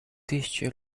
тысячи